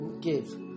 give